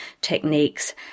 techniques